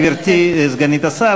גברתי סגנית השר,